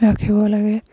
ৰাখিব লাগে